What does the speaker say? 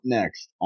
next